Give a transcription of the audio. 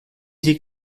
die